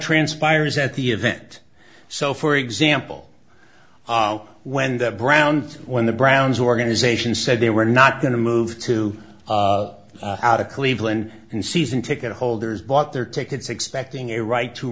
transpires at the event so for example when the brown when the browns organization said they were not going to move to out of cleveland and season ticket holders bought their tickets expecting a right to